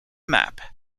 map